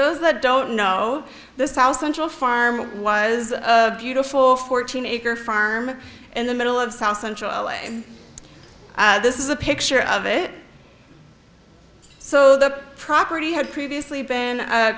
those that don't know the south central farm was a beautiful fourteen acre farm in the middle of south central l a this is a picture of it so the property had previously b